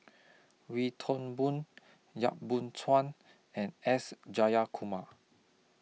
Wee Toon Boon Yap Boon Chuan and S Jayakumar